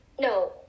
no